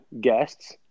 guests